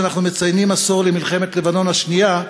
שאנחנו מציינים עשור למלחמת לבנון השנייה,